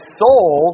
soul